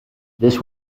this